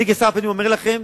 אני כשר הפנים אומר לכם: